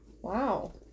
wow